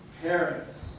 parents